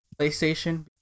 PlayStation